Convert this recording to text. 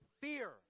fear